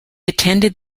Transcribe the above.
attended